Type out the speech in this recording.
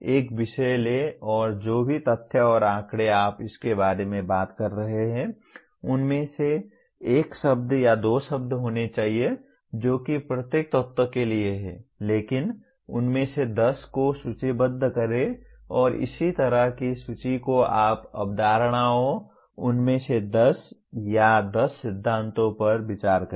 एक विषय लें और जो भी तथ्य और आंकड़े आप इसके बारे में बात कर रहे हैं उनमें से एक शब्द या दो शब्द होने चाहिए जो कि प्रत्येक तत्व के लिए हैं लेकिन उनमें से 10 को सूचीबद्ध करें और इसी तरह की सूची को आप अवधारणाओं उनमें से 10 या 10 सिद्धांतों पर विचार करें